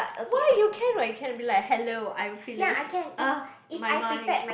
why you can right you can be like hello I'm Phyllis oh my mind